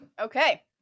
Okay